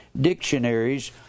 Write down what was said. dictionaries